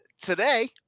Today